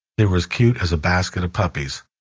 they were as cute as a basket of puppies.